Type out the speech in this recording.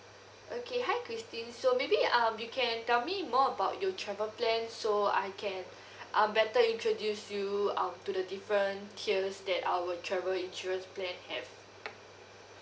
okay hi christine so maybe um you can tell me more about you travel plan so I can uh better introduce you um to the different tiers that our travel insurance plan have